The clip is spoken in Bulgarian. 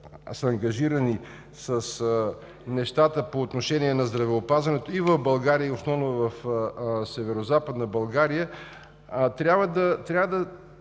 са ангажирани с нещата по отношение на здравеопазването в България и основно в Северозападна България, трябва да